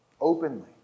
openly